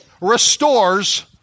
restores